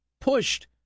pushed